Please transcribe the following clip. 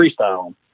Freestyle